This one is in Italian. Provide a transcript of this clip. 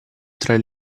tra